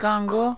Chicago